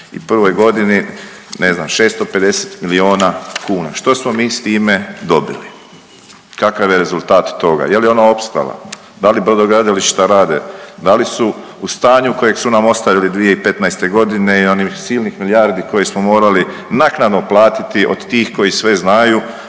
u 2021.g. ne znam 650 milijuna kuna, što smo mi s time dobili, kakav je rezultat toga, je li ona opstala, da li brodogradilišta rade, da li su u stanju kojeg su nam ostavili 2015.g. i onih silnih milijardi koje smo morali naknadno platiti od tih koji sve znaju